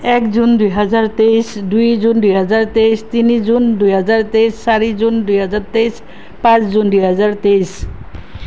এক জুন দুহেজাৰ তেইছ দুই জুন দুহেজাৰ তেইছ তিনি জুন দুহেজাৰ তেইছ চাৰি জুন দুহেজাৰ তেইছ পাঁচ জুন দুহেজাৰ তেইছ